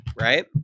right